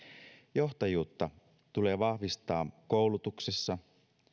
johtajuutta tulee vahvistaa koulutuksessa